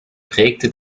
prägte